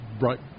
right